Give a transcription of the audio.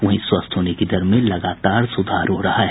वहीं स्वस्थ होने की दर में लगातार सुधार हो रहा है